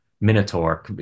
Minotaur